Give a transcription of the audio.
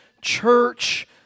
church